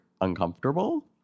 uncomfortable